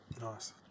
Nice